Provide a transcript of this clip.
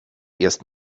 erst